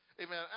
amen